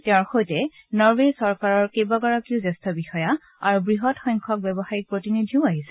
তেওঁৰ সৈতে নৰৱে চৰকাৰৰ কেবাগৰাকীও জ্যেষ্ঠ বিষয়া আৰু বৃহৎ সংখ্যক ব্যৱসায়িক প্ৰতিনিধিণ্ড আহিছে